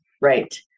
Right